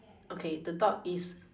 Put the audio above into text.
okay the dog is